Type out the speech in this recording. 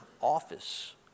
office